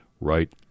right